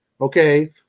okay